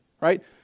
right